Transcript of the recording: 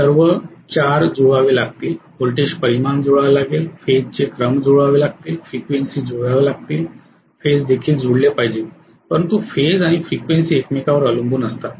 सर्व 4 जुळवावे लागतील व्होल्टेज परिमाण जुळवावे लागेल फेज चे क्रम जुळवावे लागतील फ्रिक्वेन्सी जुळवाव्या लागतील फेज देखील जुळले पाहिजेत परंतु फेज आणि फ्रिक्वेन्सी एकमेकांवर अवलंबून असतात